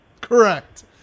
Correct